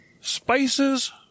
Spice's